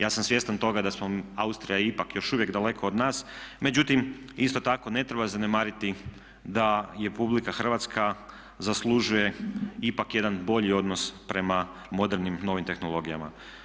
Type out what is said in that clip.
Ja sam svjestan toga da je Austrija ipak još uvijek daleko od nas, međutim isto tako ne treba zanemariti da je RH zaslužuje ipak jedan bolji odnos prema modernim novim tehnologijama.